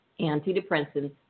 Antidepressants